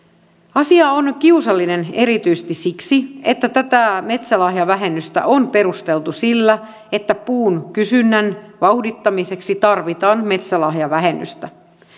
asia on kiusallinen erityisesti siksi että tätä metsälahjavähennystä on perusteltu sillä että puun kysynnän vauhdittamiseksi tarvitaan metsälahjavähennystä